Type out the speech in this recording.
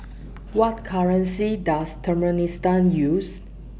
What currency Does Turkmenistan use